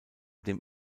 dem